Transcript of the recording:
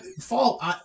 fall